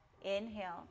Inhale